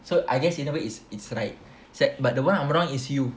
so I guess in a way it's it's right but the one I'm wrong is you